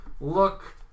Look